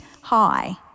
high